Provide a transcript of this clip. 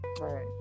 Right